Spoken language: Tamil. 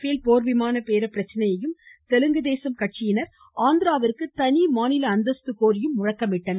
பேல் போர் விமான பேர பிரச்சினையையும் தெலுங்கு தேசம் கட்சியினர் ஆந்திராவிற்கு தனி மாநில அந்தஸ்து கோரியும் முழக்கமிட்டனர்